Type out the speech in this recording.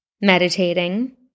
meditating